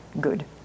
good